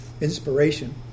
inspiration